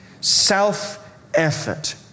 Self-effort